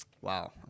Wow